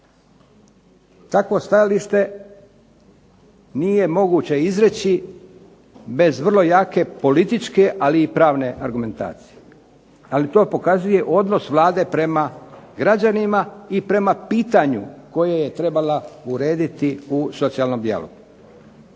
Takvo stajalište nije moguće izreći bez vrlo jake političke, ali i pravne argumentacije. Ali to pokazuje odnos Vlade prema građanima i prema pitanju koje je trebala urediti u socijalnom dijalogu.